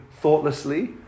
thoughtlessly